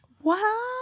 Wow